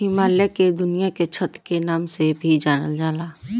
हिमालय के दुनिया के छत के नाम से भी जानल जाला